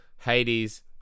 Hades